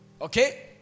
Okay